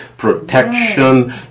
protection